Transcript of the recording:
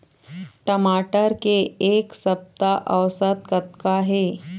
टमाटर के एक सप्ता औसत कतका हे?